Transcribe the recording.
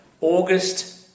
August